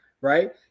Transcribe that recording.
right